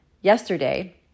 yesterday